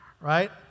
right